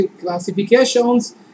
classifications